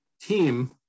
team